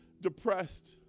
depressed